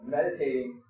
meditating